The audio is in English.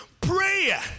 Prayer